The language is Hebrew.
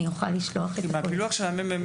אני יכולה לשלוח לכם את הקול הקורא בשמחה.